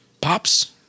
pops